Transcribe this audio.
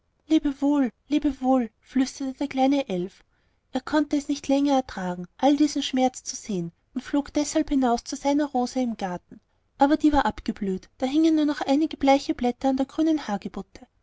lebewohl lebewohl flüsterte der kleine elf er konnte es nicht länger ertragen all diesen schmerz zu sehen und flog deshalb hinaus zu seiner rose im garten aber die war abgeblüht da hingen nur einige bleiche blätter an der grünen